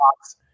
box